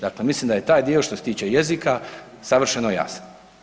Dakle, mislim da je taj dio što se tiče jezika, savršeno jasan.